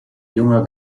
junger